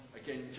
again